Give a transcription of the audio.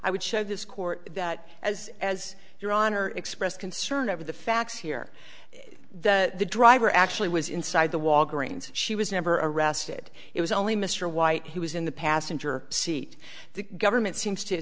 i would show this court that as as your honor expressed concern over the facts here the driver actually was inside the walgreens she was never arrested it was only mr white he was in the passenger seat the government seems to